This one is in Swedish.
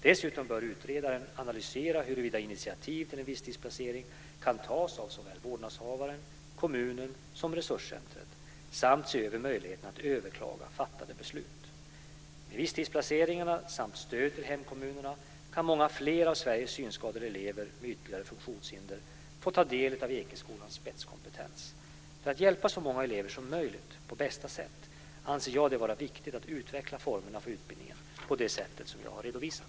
Dessutom bör utredaren analysera huruvida initiativ till en visstidsplacering kan tas av såväl vårdnadshavaren, kommunen som resurscentret samt se över möjligheterna att överklaga fattade beslut. Med visstidsplaceringar samt stöd till hemkommunerna kan många fler av Sveriges synskadade elever med ytterligare funktionshinder få ta del av Ekeskolans spetskompetens. För att hjälpa så många elever som möjligt på bästa sätt anser jag det vara viktigt att utveckla formerna för utbildningen på det sätt jag har redovisat.